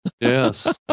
Yes